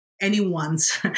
Anyone's